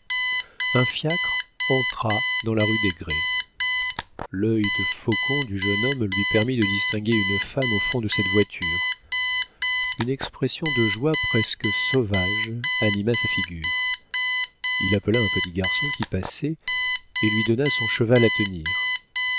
un fiacre entra dans la rue des grès l'œil de faucon du jeune homme lui permit de distinguer une femme au fond de cette voiture une expression de joie presque sauvage anima sa figure il appela un petit garçon qui passait et lui donna son cheval à tenir